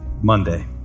Monday